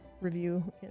review